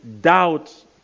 doubt